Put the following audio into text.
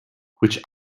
which